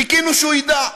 חיכינו שהוא יֵדע.